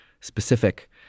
specific